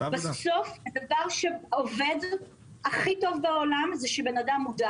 בסוף הדבר שעובד הכי טוב זה כשאדם מודע